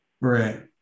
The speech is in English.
Right